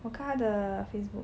我看它的 Facebook